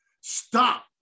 Stop